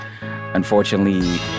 unfortunately